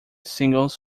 singles